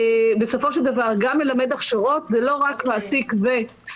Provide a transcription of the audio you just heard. בסופו של דבר גם ללמד הכשרות זה לא רק מעסיק וסטודנט,